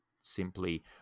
simply